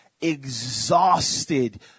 exhausted